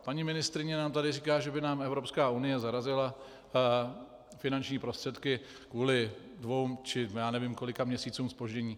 Paní ministryně nám tady říká, že by nám Evropská unie zarazila finanční prostředky kvůli dvěma či já nevím kolika měsícům zpoždění.